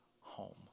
home